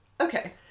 Okay